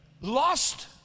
lost